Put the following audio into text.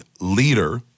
leader